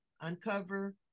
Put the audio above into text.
uncover